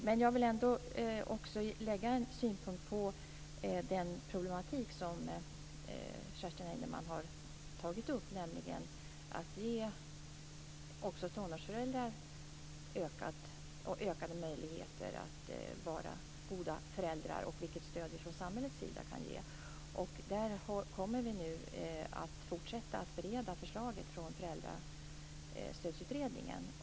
Men jag vill ändå också lägga fram en synpunkt på den problematik som Kerstin Heinemann har tagit upp, nämligen detta att ge också tonårsföräldrar ökade möjligheter att vara goda föräldrar och detta med vilket stöd vi från samhällets sida kan ge. Där kommer vi nu att fortsätta att bereda förslaget från Föräldrastödsutredningen.